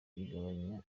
bigabanya